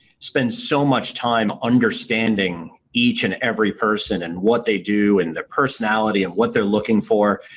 spend so much time understanding each and every person and what they do, and the personality and what they're looking for.